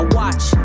watch